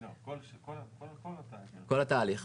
כל התהליך.